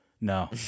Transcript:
No